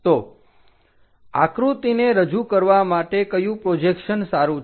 તો આકૃતિને રજુ કરવા માટે કયું પ્રોજેક્શન સારું છે